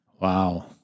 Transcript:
Wow